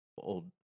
old